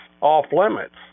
off-limits